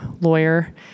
lawyer